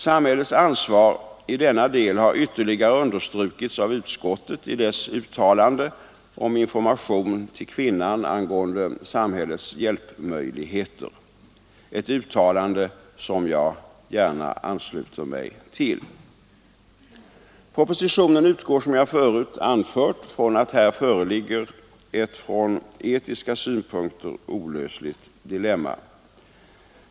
Samhällets ansvar i denna del har ytterligare understrukits av utskottet i dess uttalande om information till kvinnan angående samhällets möjligheter, ett uttalande som jag gärna ansluter mig till. Propositionen utgår, som jag förut anfört, från att här föreligger ett från etiska synpunkter olösligt dilemma.